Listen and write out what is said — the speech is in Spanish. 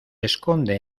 esconde